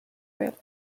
will